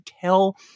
tell